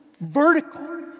vertical